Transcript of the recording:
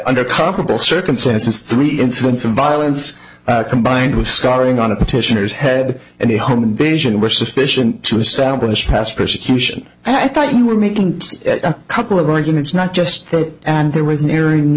under comparable circumstances three incidents of violence combined with scarring on a petitioners head and a home invasion were sufficient to establish past persecution and i thought you were making a couple of arguments not just that and there was nearin